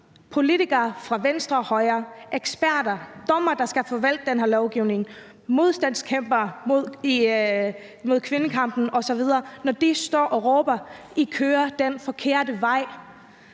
politikere fra venstre og højre, eksperter, dommere, der skal forvalte den her lovgivning, forkæmpere i kvindekampen osv. står og råber, at I kører den forkerte vej,